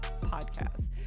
podcast